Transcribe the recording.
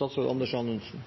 til. Det er